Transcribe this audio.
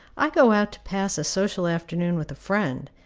i go out to pass a social afternoon with a friend,